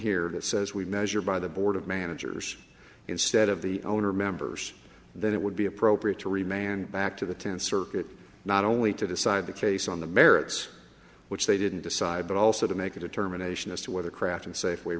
here that says we measure by the board of managers instead of the owner members then it would be appropriate to remain and back to the tenth circuit not only to decide the case on the merits which they didn't decide but also to make a determination as to whether kraft and safeway